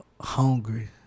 hungry